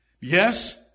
Yes